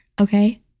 Okay